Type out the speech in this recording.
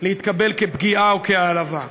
כפגיעה או כהעלבה.